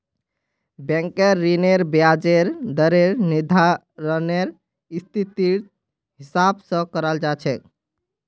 बैंकेर ऋनेर ब्याजेर दरेर निर्धानरेर स्थितिर हिसाब स कराल जा छेक